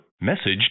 Message